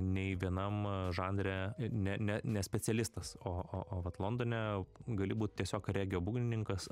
nei vienam žanre ne ne ne specialistas o o o vat londone gali būt tiesiog regio būgnininkas